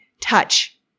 touch